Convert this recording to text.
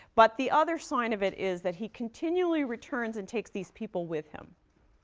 but the other sign of it is that he continually returns and takes these people with him.